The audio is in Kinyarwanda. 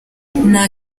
nta